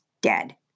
dead